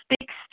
speaks